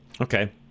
Okay